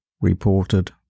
reported